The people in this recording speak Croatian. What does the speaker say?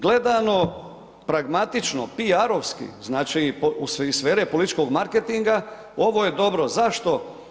Gledano pragmatično, PR-ovski, znači iz sfere političkog marketinga, ovo je dobro, zašto?